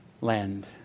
land